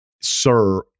Sir